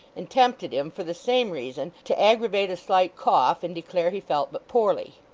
and tempted him, for the same reason, to aggravate a slight cough, and declare he felt but poorly.